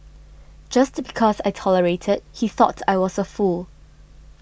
just because I tolerated he thought I was a fool